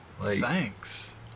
thanks